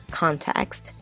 context